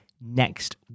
next